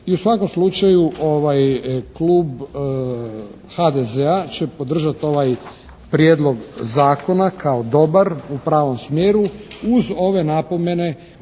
I u svakom slučaju Klub HDZ-a će podržati ovaj Prijedlog zakona kao dobar u pravom smjeru uz ove napomene